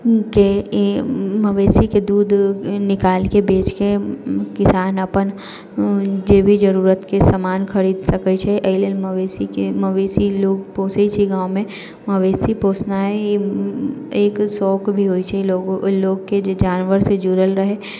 के ई मवेशीके दूध निकालिके बेचके किसान अपन जे भी जरूरतके समान खरीद सकै छै एहि लेल मवेशीके मवेशी लोग पोषै छै गाँवमे मवेशी पोषनाय एक शौक भी होइ छै लोकके जे जानवरसँ जुड़ल रहै